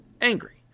angry